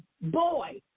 boy